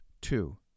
Two